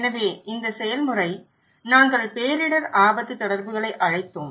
எனவே இந்த செயல்முறை நாங்கள் பேரிடர் ஆபத்து தொடர்புகளை அழைத்தோம்